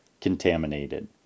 contaminated